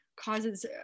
causes